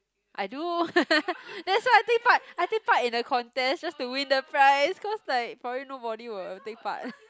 I do that's why I take part I take part in the contest just to win the prize cause like probably nobody will take part